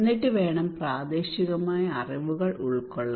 എന്നിട്ട് വേണം പ്രാദേശികമായ അറിവുകൾ ഉൾക്കൊള്ളാൻ